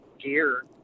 gear